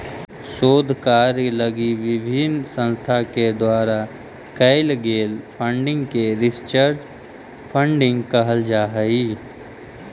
शोध कार्य लगी विभिन्न संस्था के द्वारा कैल गेल फंडिंग के रिसर्च फंडिंग कहल जा हई